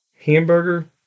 hamburger